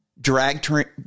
drag